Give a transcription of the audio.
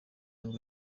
nibwo